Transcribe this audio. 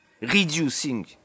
reducing